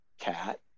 cat